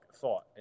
thought